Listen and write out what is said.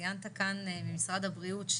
ממשרד הבריאות,